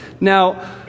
Now